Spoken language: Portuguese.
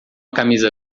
camisa